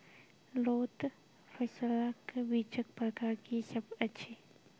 लोत फसलक बीजक प्रकार की सब अछि?